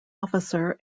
officer